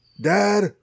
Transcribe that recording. Dad